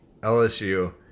LSU